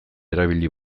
erabili